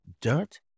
dirt